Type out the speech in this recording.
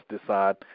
decide